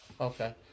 Okay